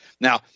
Now